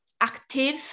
active